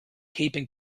keeping